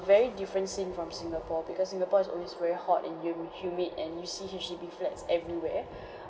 very different scene from singapore because singapore is always very hot and hum~ humid and you see H_D_B flats everywhere